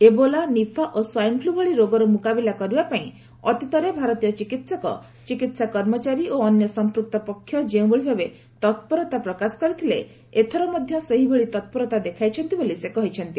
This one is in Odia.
ଏବୋଲା ନିଫା ଓ ସ୍ୱାଇନ୍ଫ୍ଲ ଭଳି ରୋଗର ମୁକାବିଲା କରିବା ପାଇଁ ଅତୀତରେ ଭାରତୀୟ ଚିକିତ୍ସକ ଚିକିତ୍ସା କର୍ମଚାରୀ ଓ ଅନ୍ୟ ସଂପୃକ୍ତ ପକ୍ଷ ଯେଉଁଭଳି ଭାବେ ତପୂରତା ପ୍ରକାଶ କରିଥିଲେ ଏଥର ମଧ୍ୟ ସେହିଭଳି ତପୂରତା ଦେଖାଇଛନ୍ତି ବୋଲି ସେ କହିଛନ୍ତି